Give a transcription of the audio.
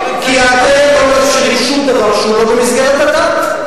כי אתם לא מאפשרים שום דבר שהוא לא במסגרת הדת.